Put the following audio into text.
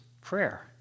prayer